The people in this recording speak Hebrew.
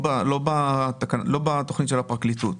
לא בתכנית של הפרקליטות.